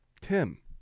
Tim